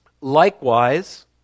Likewise